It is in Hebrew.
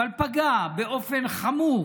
אבל פגע באופן חמור